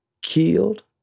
killed